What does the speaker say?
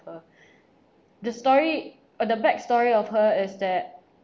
her the story uh the backstory of her is that